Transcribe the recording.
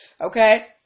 Okay